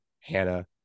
Hannah